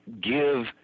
give